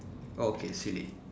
okay silly